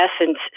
essence